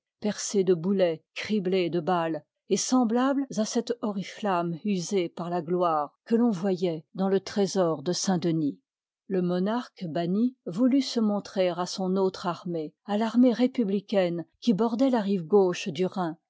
percés de boulets criblés de balles et semblables à cette oriflamme usée par la gloire que ton voyoit dans le trésor de saintliv j denis le monarque banni voulut se montrer à son autre armée à f armée républicaine qui bordoit la rive gauche du rhin